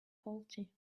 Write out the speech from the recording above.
faulty